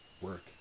work